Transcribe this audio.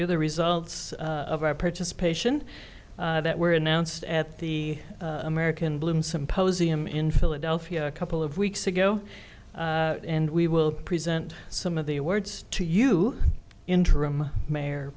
you the results of our participation that were announced at the american bloom symposium in philadelphia a couple of weeks ago and we will present some of the words to you interim may